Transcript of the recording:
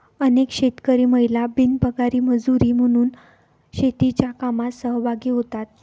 अनेक शेतकरी महिला बिनपगारी मजुरी म्हणून शेतीच्या कामात सहभागी होतात